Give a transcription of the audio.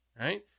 right